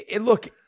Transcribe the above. Look